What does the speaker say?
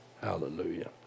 Hallelujah